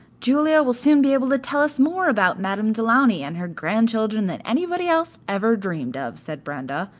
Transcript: julia will soon be able to tell us more about madame du launy and her grandchildren than anybody else ever dreamed of, said brenda,